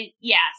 yes